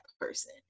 person